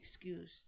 excuse